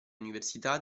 università